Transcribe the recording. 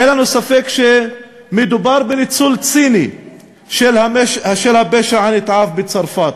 אין לנו ספק שמדובר בניצול ציני של הפשע הנתעב בצרפת.